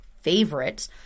favorite